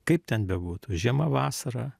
kaip ten bebūtų žiema vasara